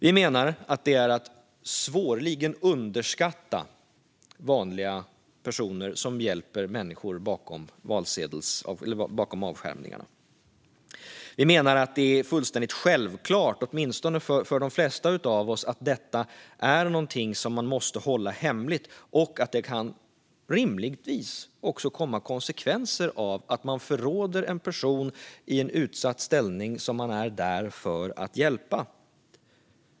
Vi menar att det är att svårligen underskatta vanliga personer som hjälper människor bakom avskärmningarna. Vi menar att det är fullständigt självklart, åtminstone för de flesta av oss, att detta är någonting som man måste hålla hemligt och att det rimligtvis också kan komma konsekvenser av att man förråder en person i en utsatt ställning som man är där för att hjälpa.